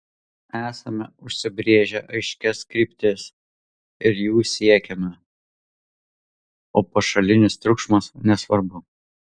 esame užsibrėžę aiškias kryptis ir jų siekiame o pašalinis triukšmas nesvarbu